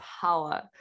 power